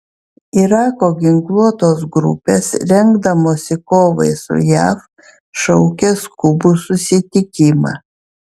irako ginkluotos grupės rengdamosi kovai su jav šaukia skubų susitikimą